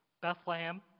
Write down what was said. Bethlehem